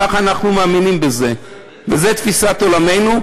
ככה אנחנו מאמינים, וזאת תפיסת עולמנו.